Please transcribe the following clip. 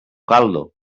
caldo